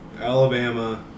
Alabama